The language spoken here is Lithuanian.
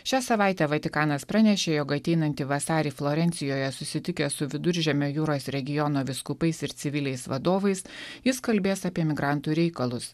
šią savaitę vatikanas pranešė jog ateinantį vasarį florencijoje susitikęs su viduržemio jūros regiono vyskupais ir civiliais vadovais jis kalbės apie migrantų reikalus